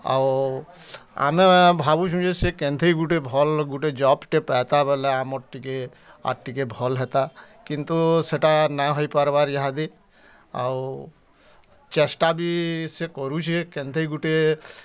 ଆଉ ଆମେ ଭାବୁଚୁଁ ଯେ ସେ କେନ୍ତିକି ଗୋଟେ ଭଲ୍ ଗୁଟେ ଜବ୍ଟେ ପାଏତା ବଏଲେ ଆମର୍ ଟିକେ ଆର୍ ଟିକେ ଭଲ୍ ହେତା କିନ୍ତୁ ସେଇଟା ନାଇଁ ହୋଇପାର୍ବାର୍ ଇହାଦେ ଆଉ ଚେଷ୍ଟା ବି ସେ କରୁଚେ କେନ୍ତି ଗୁଟେ